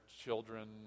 children